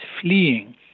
fleeing